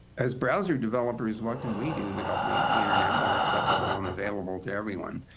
as browser developers, what can we do to help make the internet more accessible and available to everyone?